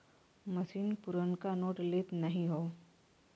मसीन पुरनका नोट लेत नाहीं हौ